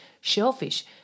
shellfish